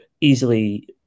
easily